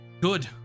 Good